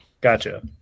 gotcha